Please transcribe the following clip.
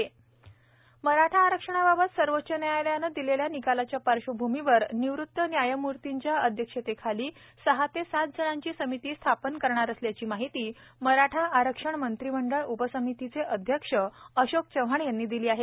मराठा आरक्षण मराठा आरक्षणाबाबत सर्वोच्च न्यायालयाने दिलेल्या निकालाच्या पार्श्वभूमीवर निवृत्त न्यायमूर्तींच्या अध्यक्षतेखाली सहा ते सात जणांची समिती स्थापन करणार असल्याची माहिती मराठा आरक्षण मंत्रिमंडळ उपसमितीचे अध्यक्ष अशोक चव्हाण यांनी दिली आहे